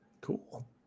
cool